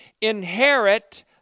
inherit